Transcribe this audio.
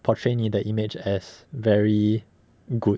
portray 你的 image as very good